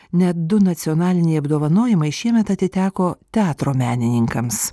net du nacionaliniai apdovanojimai šiemet atiteko teatro menininkams